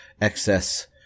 excess